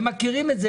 הם מכירים את זה,